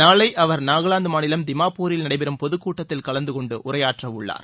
நாளை அவர் நாகாலாந்து மாநிலம் திமாப்பூரில் நடைபெறும் பொது கூட்டத்தில் கலந்தகொண்டு உரையாற்றவுள்ளார்